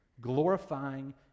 glorifying